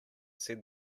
said